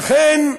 לכן,